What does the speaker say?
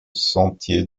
sentier